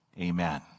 amen